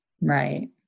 Right